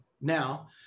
Now